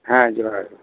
ᱦᱮᱸ ᱡᱚᱦᱟᱨ